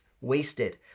wasted